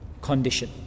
condition